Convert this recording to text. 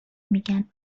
میگن